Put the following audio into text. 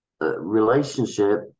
relationship